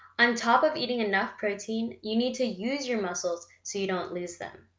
um top of eating enough protein, you need to use your muscles, so you don't lose them.